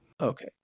Okay